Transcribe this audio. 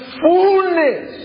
fullness